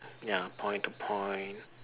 ya point to point